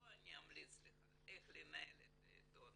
לא אני אמליץ לך איך לנהל את העיתון,